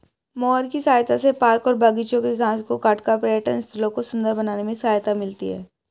mower की सहायता से पार्क और बागिचों के घास को काटकर पर्यटन स्थलों को सुन्दर बनाने में सहायता मिलती है